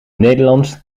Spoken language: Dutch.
nederlands